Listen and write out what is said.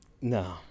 no